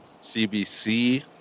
CBC